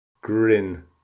Grin